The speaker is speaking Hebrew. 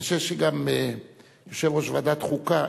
ואני חושב שגם יושב-ראש ועדת חוקה,